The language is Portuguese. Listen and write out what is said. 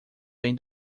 bem